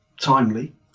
timely